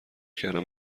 کردم